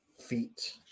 feet